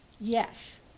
yes